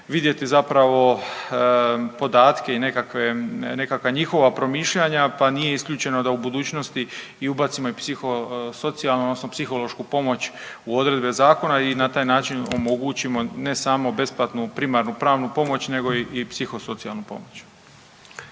vidjeti zapravo podatke i nekakve, nekakva njihova promišljanja pa nije isključeno da u budućnosti ubacimo i psihosocijalnu odnosno psihološku pomoć u odredbe zakona i na taj način omogućimo ne samo besplatnu primarnu pravnu pomoć nego i psihosocijalnu pomoć.